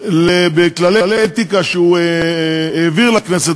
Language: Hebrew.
בכללי אתיקה שהוא העביר לכנסת,